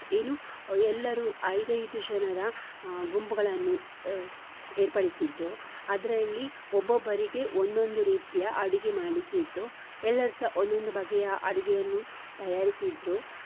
ಏನು ಎಲ್ಲರೂ ಐದೈದು ಜನರ ಗುಂಪುಗಳನ್ನು ಏರ್ಪಡಿಸಿದ್ದರು ಅದರಲ್ಲಿ ಒಬ್ಬೊಬ್ಬರಿಗೆ ಒಂದೊಂದು ರೀತಿಯ ಅಡಿಗೆ ಮಾಡಲಿಕ್ಕೆ ಇತ್ತು ಎಲ್ಲರ್ಸಾ ಒಂದೊಂದು ಬಗೆಯ ಅಡುಗೆಯನ್ನು ತಯಾರಿಸಿದ್ದರು